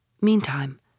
Meantime